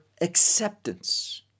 acceptance